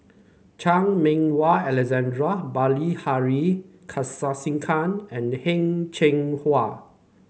Chan Meng Wah Alexander Bilahari Kausikan and Heng Cheng Hwa